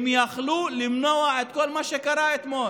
הם יכלו למנוע את כל מה שקרה אתמול.